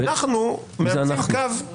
ואנחנו מאמצים קו --- מי זה אנחנו?